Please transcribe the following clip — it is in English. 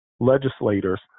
legislators